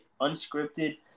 unscripted